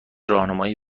راهنمایی